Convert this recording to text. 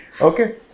Okay